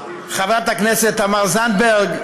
חברת הכנסת תמר זנדברג,